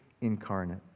incarnate